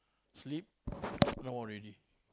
sleep no already